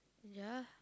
ya